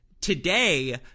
Today